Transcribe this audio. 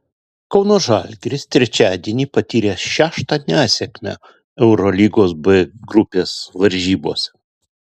kauno žalgiris trečiadienį patyrė šeštą nesėkmę eurolygos b grupės varžybose